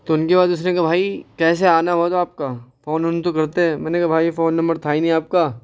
تو ان کے بعد اس نے کہا بھائی کیسے آنا ہوا تھا آپ کا فون وون تو کرتے میں نے کہا بھائی فون نمبر تھا ہی نہیں آپ کا